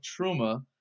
Truma